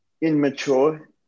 immature